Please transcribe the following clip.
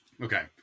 Okay